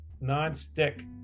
non-stick